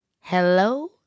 Hello